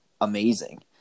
amazing